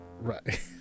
Right